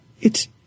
It's